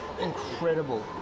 incredible